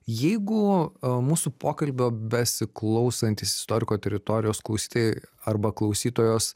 jeigu mūsų pokalbio besiklausantys istoriko teritorijos klausytojai arba klausytojos